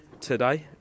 today